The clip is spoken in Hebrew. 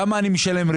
כמה ריבית אני משלם על